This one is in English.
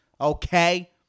Okay